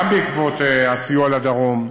גם בעקבות הסיוע לדרום,